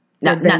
No